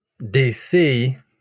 dc